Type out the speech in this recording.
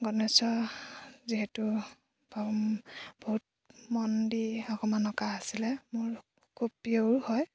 গণেশৰ যিহেতু বহুত মন দি অকণমান অঁকা আছিলে মোৰ খুব প্ৰিয়ও হয়